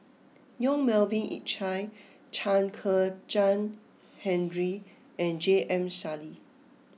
Yong Melvin Yik Chye Chen Kezhan Henri and J M Sali